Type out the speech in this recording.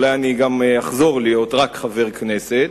אולי אני גם אחזור להיות רק חבר כנסת,